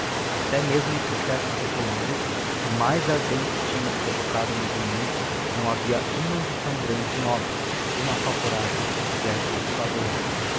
até mesmo entre os chefes populares que mais ardentes tinham provocado o movimento não havia uma ambição grande e nobre uma só coragem que se fizesse usurpadora